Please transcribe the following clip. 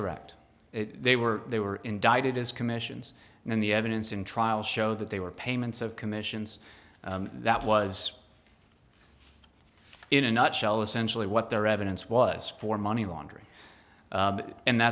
correct they were they were indicted as commissions in the evidence in trial show that they were payments of commissions that was in a nutshell essentially what their evidence was for money laundering